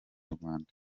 rwanda